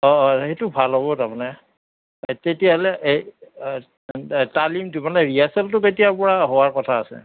অঁ সেইটো ভাল হ'ব তাৰ মানে তেতিয়াহ'লে এই তালিমটো মানে ৰিহাৰ্চেলটো কেতিয়াৰ পৰা হোৱা কথা আছে